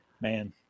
man